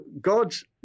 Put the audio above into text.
God's